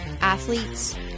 athletes